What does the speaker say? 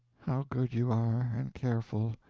how good you are, and careful,